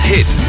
Hit